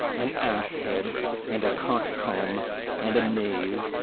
an ass-head and a coxcomb and a knave!